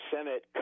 Senate